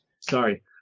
sorry